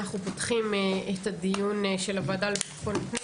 אנחנו פותחים את הדיון של הוועדה לביטחון הפנים,